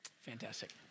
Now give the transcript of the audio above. Fantastic